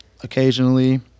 occasionally